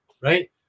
right